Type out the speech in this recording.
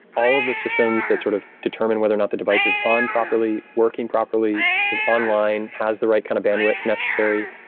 all of the systems that sort of determine whether or not the device is on properly, working properly, is online, has the right kind of bandwidth necessary.